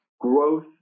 growth